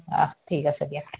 অ ঠিক আছে দিয়া